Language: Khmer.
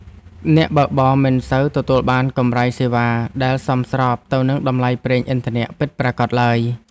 អ្នកបើកបរមិនសូវទទួលបានកម្រៃសេវាដែលសមស្របទៅនឹងតម្លៃប្រេងឥន្ធនៈពិតប្រាកដឡើយ។